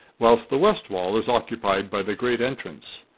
whilst the west wall is occupied by the great entrance.